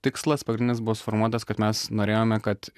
tikslas pagrindinis buvo suformuotas kad mes norėjome kad